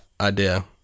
idea